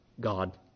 God